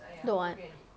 don't want